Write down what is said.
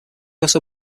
also